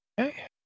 Okay